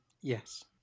Yes